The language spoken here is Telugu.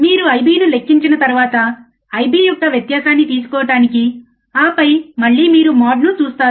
మీరు I B ను లెక్కించిన తర్వాత I B యొక్క వ్యత్యాసాన్ని తీసుకోవటానికి ఆపై మళ్ళీ మీరు మోడ్ను చూస్తారు